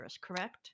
correct